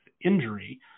injury